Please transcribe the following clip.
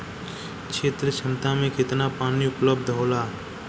क्षेत्र क्षमता में केतना पानी उपलब्ध होला?